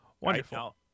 Wonderful